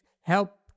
help